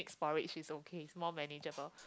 porridge is okay it's more manageable